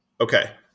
okay